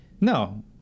No